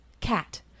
cat